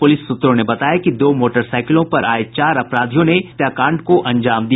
police सूत्रों ने बताया कि दो मोटरसाइकिलों पर आये चार अपराधियों ने इस हत्याकांड को अंजाम दिया